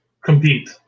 compete